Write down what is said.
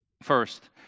First